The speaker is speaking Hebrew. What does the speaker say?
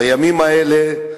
בימים האלה,